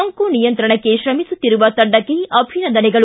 ಸೋಂಕು ನಿಯಂತ್ರಣಕ್ಕೆ ತ್ರಮಿಸುತ್ತಿರುವ ತಂಡಕ್ಕೆ ಅಭಿನಂದನೆಗಳು